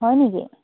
হয় নেকি